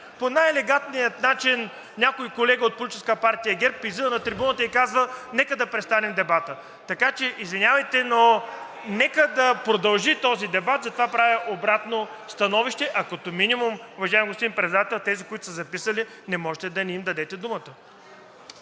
по най-елегантния начин някой колега от Политическа партия ГЕРБ излиза на трибуната и казва: „Нека да престанем дебата!“ Така че, извинявайте, но нека да продължи този дебат, затова правя обратно становище. А като минимум, уважаеми господин Председател, тези, които са се записали, не можете да не им дадете думата.